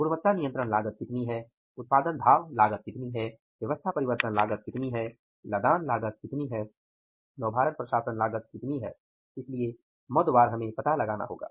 गुणवत्ता नियंत्रण लागत कितनी है उत्पादन धाव लागत कितनी है व्यवस्था लागत कितनी है लदान लागत कितनी है नौभारण प्रशासन लागत कितनी है इसलिए मदवार हमें पता लगाना होगा